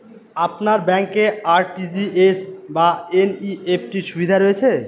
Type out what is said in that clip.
আপনার ব্যাংকে আর.টি.জি.এস বা এন.ই.এফ.টি র সুবিধা রয়েছে?